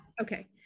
Okay